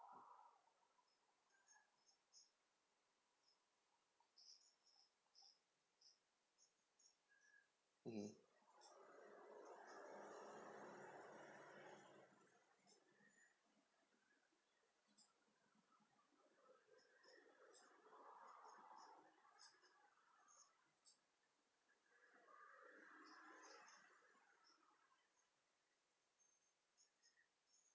mmhmm